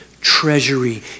treasury